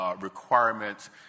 requirements